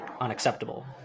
unacceptable